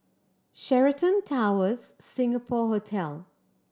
Sheraton Towers Singapore Hotel